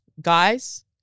Guys